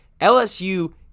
LSU